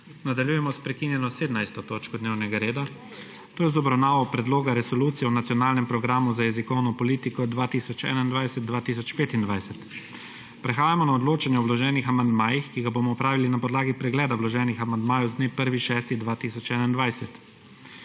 Nadaljujemo s prekinjeno17. točko dnevnega reda, to je z obravnavo Predloga resolucije o nacionalnem programu za jezikovno politiko 2021-2025. Prehajamo na odločanje o vloženih amandmajih, ki ga bomo opravili na podlagi pregleda vloženih amandmajev z dne 1. 6. 2021.